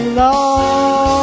love